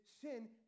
sin